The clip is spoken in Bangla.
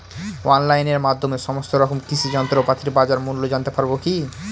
অনলাইনের মাধ্যমে সমস্ত রকম কৃষি যন্ত্রপাতির বাজার মূল্য জানতে পারবো কি?